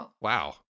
Wow